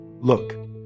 Look